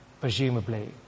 presumably